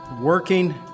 working